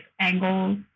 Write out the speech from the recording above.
angles